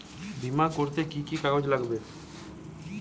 বিমা করতে কি কি কাগজ লাগবে?